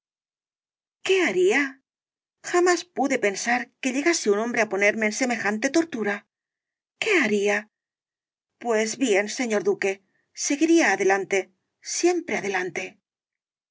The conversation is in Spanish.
qué haría jamás pude pensar que llegase un hombre á ponerme en semejante tortura qué haría pues bien señor duque seguiría adelante siempre adelante